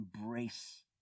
embrace